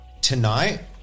tonight